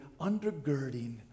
undergirding